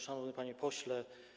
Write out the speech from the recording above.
Szanowny Panie Pośle!